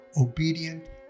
obedient